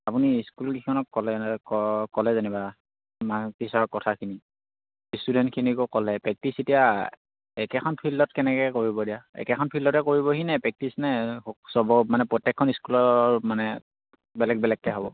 আপুনি স্কুলকেইখনত ক'লে ক'লে যেনিবা টিচাৰৰ কথাখিনি ষ্টুডেণ্টখিনিকো ক'লে প্ৰেক্টিছ এতিয়া একেখন ফিল্ডত কেনেকে কৰিব এতিয়া একেখন ফিল্ডতে কৰিব নে প্ৰেক্টিছ নে চব মানে প্ৰত্যেকখন স্কুলৰ মানে বেলেগ বেলেগকে হ'ব